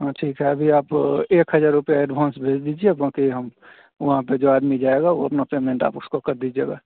हाँ ठीक है अभी आप एक हज़ार रुपया एडव्हांस भेज दीजिए बाकी हम वहाँ पर जो आदमी जाएगा वह अपना पेमेंट आप उसको कर दीजिएगा